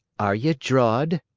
are ye drawed?